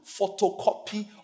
photocopy